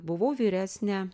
buvau vyresnė